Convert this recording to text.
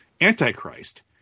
Antichrist